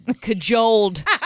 cajoled